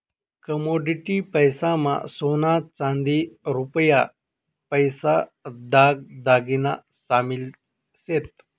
commodity पैसा मा सोना चांदी रुपया पैसा दाग दागिना शामिल शेत